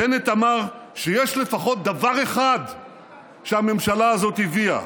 בנט אמר שיש לפחות דבר אחד שהממשלה הזאת הביאה,